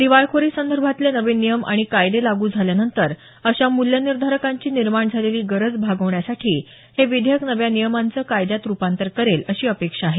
दिवाळखोरी संदर्भातले नवे नियम आणि कायदे लागू झाल्यानंतर अशा मूल्यनिर्धारकांची निर्माण झालेली गरज भागवण्यासाठी हे विधेयक नव्या नियमांचं कायद्यात रुपांतर करेल अशी अपेक्षा आहे